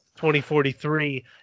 2043